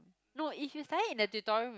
no if you study in the tutorial